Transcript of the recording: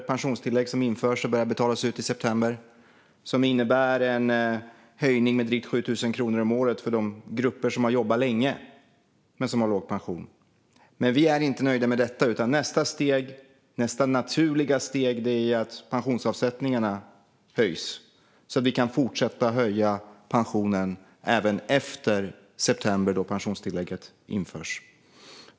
Ett pensionstillägg införs och börjar betalas ut i september som innebär en höjning med drygt 7 000 kronor om året för de grupper som har jobbat länge men har låg pension. Vi är dock inte nöjda med detta. Nästa naturliga steg är att pensionsavsättningarna höjs, så att vi kan fortsätta höja pensionen även efter september då pensionstillägget införs.